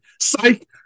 Psych